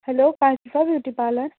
hello beauty parlour